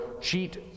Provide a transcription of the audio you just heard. cheat